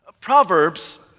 Proverbs